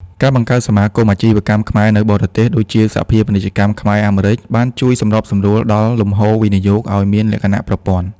ការបង្កើតសមាគមអាជីវកម្មខ្មែរនៅបរទេស (ដូចជាសភាពាណិជ្ជកម្មខ្មែរ-អាមេរិក) បានជួយសម្របសម្រួលដល់លំហូរវិនិយោគឱ្យមានលក្ខណៈប្រព័ន្ធ។